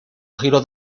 giro